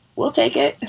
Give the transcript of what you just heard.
we'll take it.